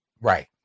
right